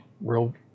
real